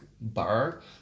bar